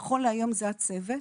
נכון להיום זה הצוות.